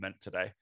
today